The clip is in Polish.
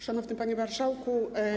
Szanowny Panie Marszałku!